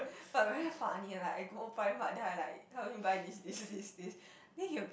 but very funny like I go Primark then I like help him buy this this this this then he will